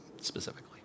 specifically